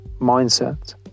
mindset